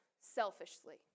selfishly